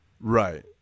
Right